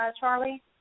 Charlie